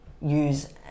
use